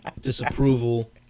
disapproval